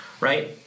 right